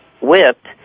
whipped